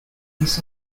this